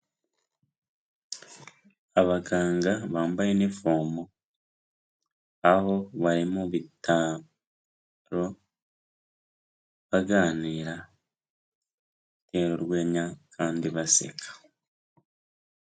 Abaganga bambaye inifomo, aho bari mu bitaro baganira, batera urwenya kandi baseka.